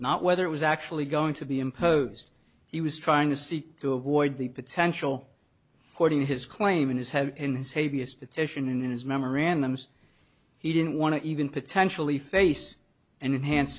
not whether it was actually going to be imposed he was trying to seek to avoid the potential hording his claim in his head in his habeas petition in his memorandums he didn't want to even potentially face an enhanced